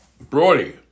Brody